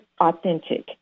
authentic